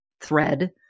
thread